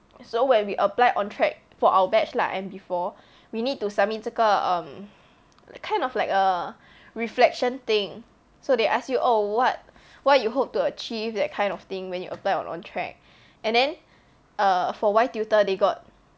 so when we apply ontrac for our batch lah and before we need to submit 这个 um kind of like a reflection thing so they ask you oh what what you hope to achieve that kind of thing when you apply on ontrac and then err for Y tutor they got